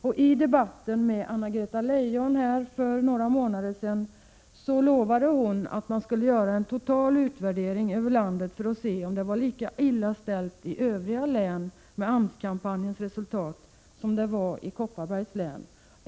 Vid den debatt som jag hade med Anna-Greta Leijon för några månader sedan lovade hon att man skulle göra en total utvärdering över landet för att se om det var lika illa ställt i övriga län med AMS kampanjresultat som det var i Kopparbergs län.